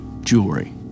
jewelry